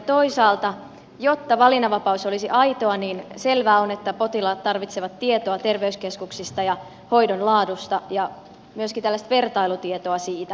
toisaalta jotta valinnanvapaus olisi aitoa selvää on että potilaat tarvitsevat tietoa terveyskeskuksista ja hoidon laadusta ja myöskin tällaista vertailutietoa siitä